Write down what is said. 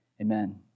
Amen